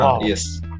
Yes